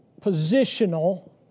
positional